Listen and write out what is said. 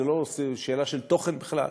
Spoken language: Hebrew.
וזאת לא שאלה של תוכן בכלל,